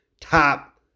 top